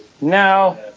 No